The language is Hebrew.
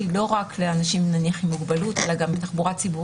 צריך להיות ברור שהיא לא רק לאנשים עם מוגבלות אלא גם בתחבורה ציבורית.